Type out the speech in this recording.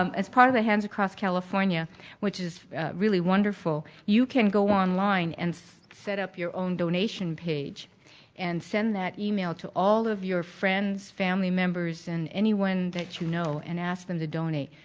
um as part of hands across california which is really wonderful, you can go online and set up your own donation page and send that e-mail to all of your friends, family members and anyone that you know and ask them to donate.